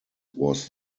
was